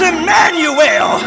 Emmanuel